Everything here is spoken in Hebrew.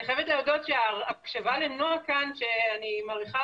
אני חייבת להודות שהקשבה לנועה שאני מעריכה